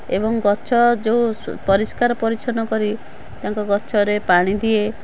ଏବଂ ଗଛ ଯେଉଁ ପରିଷ୍କାର ପରିଚ୍ଛନ୍ନ କରି ତାଙ୍କ ଗଛରେ ପାଣି ଦିଏ